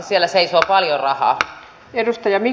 siellä seisoo paljon rahaa